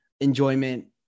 enjoyment